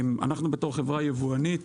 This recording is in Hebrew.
אנחנו בתור חברה יבואנית